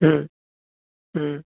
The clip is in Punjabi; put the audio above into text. ਹਮ